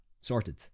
Sorted